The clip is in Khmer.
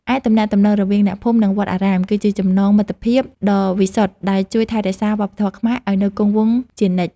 ឯទំនាក់ទំនងរវាងអ្នកភូមិនិងវត្តអារាម គឺជាចំណងមិត្តភាពដ៏វិសុទ្ធដែលជួយថែរក្សាវប្បធម៌ខ្មែរឱ្យនៅគង់វង្សជានិច្ច។